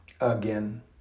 again